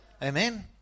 Amen